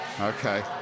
Okay